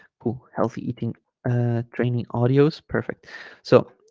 cool healthy eating ah training audios perfect so